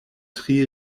tri